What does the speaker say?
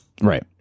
Right